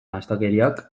astakeriak